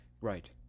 Right